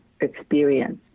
experience